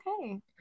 okay